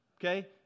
Okay